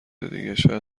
دیگه، شاید